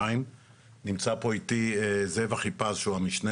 נמצא פה איתי זאב אחיפז שהוא המשנה